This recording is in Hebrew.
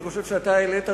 אני חושב שאתה העלית רעיון,